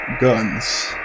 guns